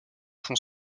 font